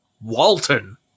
Walton